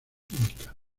química